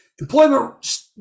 employment